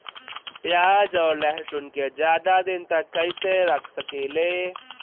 प्याज और लहसुन के ज्यादा दिन तक कइसे रख सकिले?